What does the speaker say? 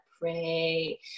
pray